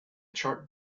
chart